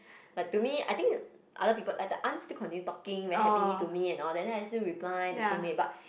but to me I think other people like the aunt still continue talking very happily to me and all that and I still reply the same way but